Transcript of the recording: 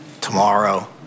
tomorrow